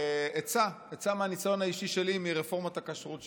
עצה מהניסיון האישי שלי, מרפורמת הכשרות שהעברתי.